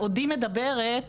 בעודי מדברת,